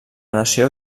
nació